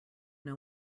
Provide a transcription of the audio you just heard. know